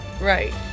right